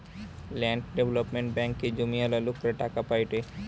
land development ব্যাঙ্কে জমিওয়ালা লোকরা টাকা পায়েটে